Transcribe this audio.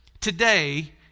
today